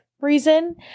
reason